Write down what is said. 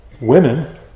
Women